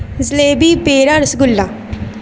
jalebi peda rasgulla